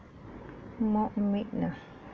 mock meat ah